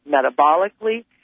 metabolically